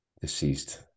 deceased